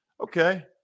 okay